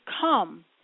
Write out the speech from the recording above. come